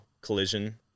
collision